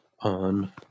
on